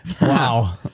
Wow